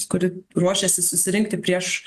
kuri ruošiasi susirinkti prieš